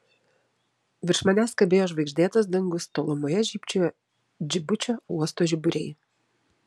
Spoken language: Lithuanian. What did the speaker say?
virš manęs kabėjo žvaigždėtas dangus tolumoje žybčiojo džibučio uosto žiburiai